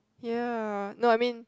ya no I mean